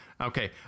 okay